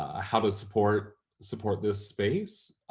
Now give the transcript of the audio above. ah how to support support this space.